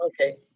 Okay